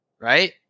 Right